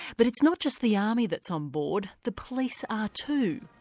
but it's not just the army that's on board, the police are too.